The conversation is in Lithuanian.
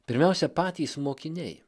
pirmiausia patys mokiniai